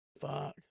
Fuck